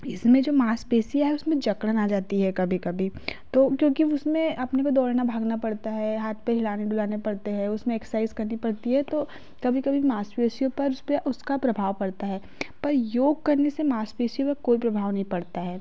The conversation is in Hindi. इसमें जो मांसपेशियाँ है उसमें जकड़न आ जाती है कभी कभी तो क्योंकि उसमें अपने को दौड़ना भागना पड़ता है हाथ पैर हिलाने डुलाने पड़ते है उसमें एक्ससाइज़ करनी पड़ती है तो तो कभी कभी मांसपेशियों पर उस पे उसका प्रभाव पड़ता है पर योग करने से मांसपेशियों पर कोई प्रभाव नहीं पड़ता है